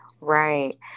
Right